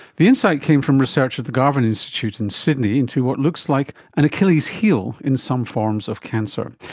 the insight came from research at the garvan institute in sydney into what looks like an achilles heel in some forms of cancer.